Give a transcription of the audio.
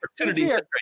opportunity